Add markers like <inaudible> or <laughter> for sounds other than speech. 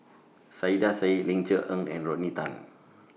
<noise> Saiedah Said Ling Cher Eng and Rodney Tan